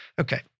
Okay